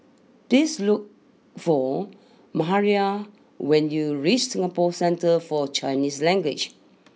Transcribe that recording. please look for Mahalia when you reach Singapore Centre for Chinese Language